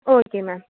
okay ma'am